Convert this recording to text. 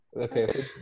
okay